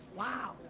wow,